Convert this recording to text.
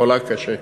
חולה קשה.